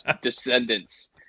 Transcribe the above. descendants